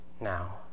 Now